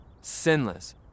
sinless